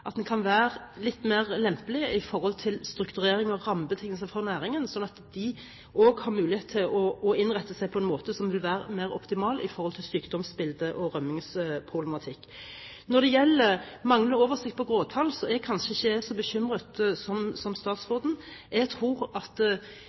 at en kan være litt mer lempelig i forhold til strukturering og rammebetingelser for næringen, slik at de også har mulighet til å innrette seg på en måte som vil være mer optimal i forhold til sykdomsbilde og rømningproblematikk. Når det gjelder manglende oversikt over gråtall, er kanskje ikke jeg så bekymret som